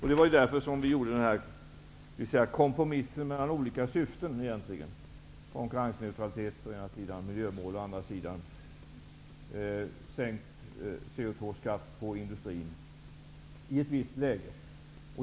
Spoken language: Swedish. Det var därför vi gjorde kompromissen mellan olika syften; konkurrensneutralitet, miljömål och sänkt koldioxidskatt för industrin i vissa lägen.